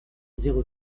zéro